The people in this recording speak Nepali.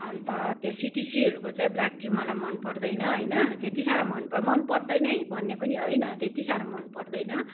अन्त त्यो सिटिसीहरूको चाहिँ ब्ल्याक टी मलाई मन पर्दैन होइन त्यति साह्रै मन मन पर्दैन भन्ने पनि होइन त्यति साह्रो मन पर्दैन